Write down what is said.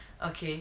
okay